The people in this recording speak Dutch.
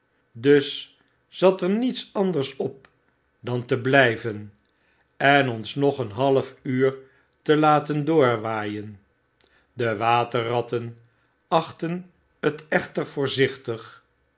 dus zat er niets anders op dan te bly ven en ons nog een half uur te laten doorwaaien de waterratten achtten het echter voorzichtig